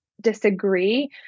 disagree